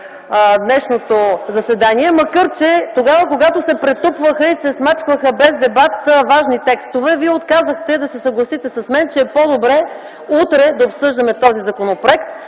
днешното заседание, макар че тогава, когато се претупваха и се смачкваха без дебат важни текстове, вие отказахте да се съгласите с мен, че е по-добре утре да обсъждаме този законопроект.